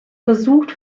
versucht